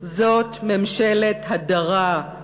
זאת ממשלת הדרה,